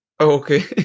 Okay